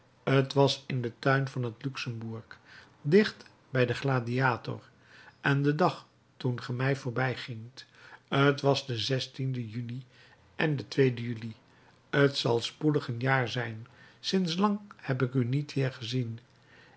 t was in den tuin van het luxembourg dicht bij den gladiator en den dag toen ge mij voorbijgingt t was de e juni en de e juli t zal spoedig een jaar zijn sinds lang heb ik u niet weer gezien